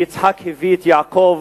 ויצחק הביא את יעקב